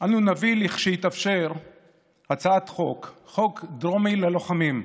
אנו נביא כשיתאפשר הצעת חוק, חוק דרומי ללוחמים,